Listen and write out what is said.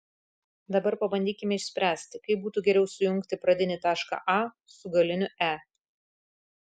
dabar pabandykime išspręsti kaip būtų geriau sujungti pradinį tašką a su galiniu e